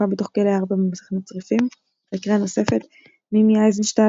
בתוך כלא ארבע במחנה צריפין לקריאה נוספת מימי איזנשטדט,